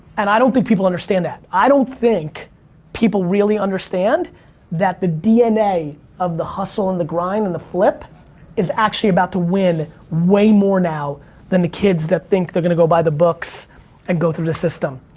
and i don't think people understand that. i don't think people really understand that the dna of the hustle and the grind and the flip is actually about to win way more now than the kids that think they're gonna go by the books and go through the system.